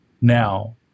Now